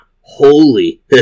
holy